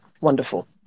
wonderful